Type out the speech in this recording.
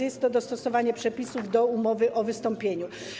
Jest to więc dostosowanie przepisów do umowy o wystąpieniu.